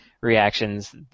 reactions